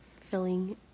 filling